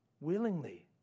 willingly